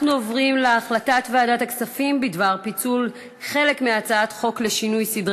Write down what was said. אנחנו עוברים להחלטת ועדת הכספים בדבר פיצול חלק מהצעת חוק לשינוי סדרי